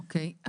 אוקיי.